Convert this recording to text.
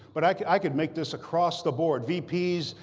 but i could i could make this across the board vps,